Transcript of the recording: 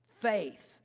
Faith